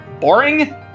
boring